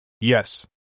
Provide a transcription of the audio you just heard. Yes